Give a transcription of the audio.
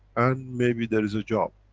and maybe there is a job.